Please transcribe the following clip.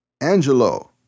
Angelo